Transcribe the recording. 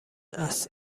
است